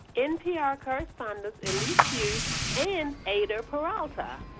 npr correspondents elise hu and eyder peralta.